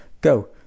go